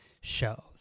shows